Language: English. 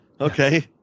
Okay